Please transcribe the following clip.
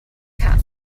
cat